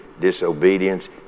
disobedience